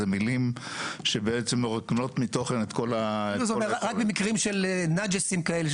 אלו מילים שבעצם מרוקנות מתוכן את כל --- רק במקרים של נאג'סים כאלה,